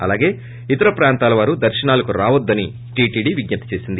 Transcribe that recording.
అలాగే ఇతర ప్రాంతాల వారు దర్పనాలకు రావద్దని టీటీడీ విజ్ఞప్తి చేసింది